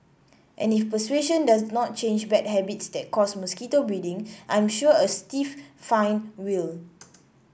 and if persuasion does not change bad habits that cause mosquito breeding I am sure a stiff fine will